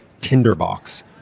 tinderbox